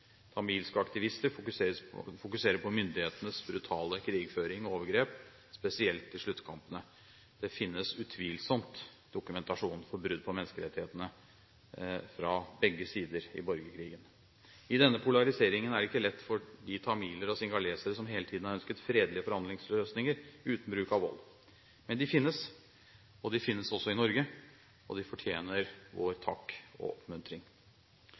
Tamilske aktivister fokuserer på myndighetenes brutale krigføring og overgrep, spesielt i sluttkampene. Det finnes utvilsomt dokumentasjon for brudd på menneskerettighetene fra begge sider i borgerkrigen. I denne polariseringen er det ikke lett for de tamiler og singalesere som hele tiden ønsket fredelige forhandlingsløsninger uten bruk av vold. Men de finnes, og de finnes også i Norge. De fortjener vår takk og oppmuntring.